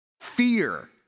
Fear